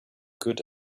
good